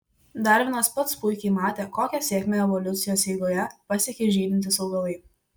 darvinas pats puikiai matė kokią sėkmę evoliucijos eigoje pasiekė žydintys augalai